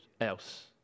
else